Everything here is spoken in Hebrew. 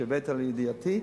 שהבאת לידיעתי.